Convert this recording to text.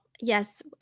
yes